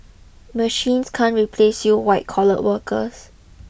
machines can't replace you white collar workers